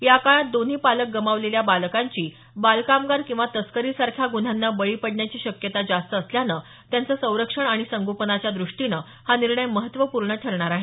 या काळात दोन्ही पालक गमावलेल्या बालकांची बालकामगार किंवा तस्करी सारख्या ग्रन्ह्यांना बळी पडण्याची शक्यता जास्त असल्यानं त्यांचं सरंक्षण आणि संगोपनाच्या दुष्टीनं हा निर्णय महत्त्वपूर्ण ठरणार आहे